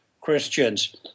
Christians